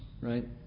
right